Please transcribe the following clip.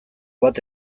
bat